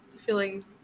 feeling